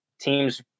teams